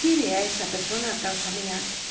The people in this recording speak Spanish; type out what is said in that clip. quiere esa persona i causa mia